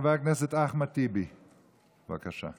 חבר הכנסת אחמד טיבי, בבקשה.